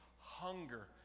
hunger